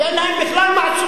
כי אין להם בכלל עכבות,